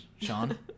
Sean